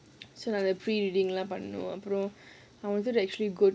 pre reading lah but no பண்ணி:panni I wasn't actually good